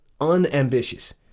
unambitious